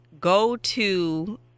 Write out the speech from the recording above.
go-to